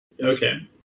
Okay